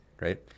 right